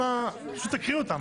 פשוט תקריאי אותם.